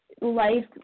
life